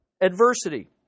adversity